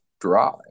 dry